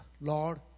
Lord